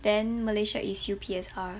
then malaysia is U_P_S_R